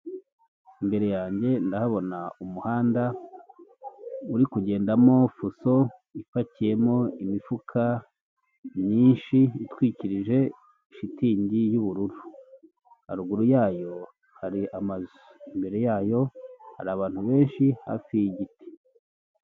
Imbere yanjye ndabona umuhanda uri kugendamo fuso ipakiyemo imifuka myinshi itwikirije shitingi y'ubururu. Haruguru yayo hari amazu, imbere yayo hari abantu benshi, hafi y'igiti.